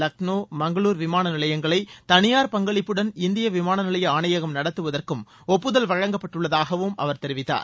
லக்னோ மங்களூர் விமான நிலையங்களை தனியார் பங்களிப்புடன் இந்திய விமான நிலைய ஆணையகம் நடத்துவதற்கும் ஒப்புதல் வழங்கப்பட்டுள்ளதாகவும் அவர் தெரிவித்தார்